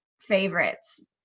favorites